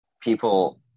people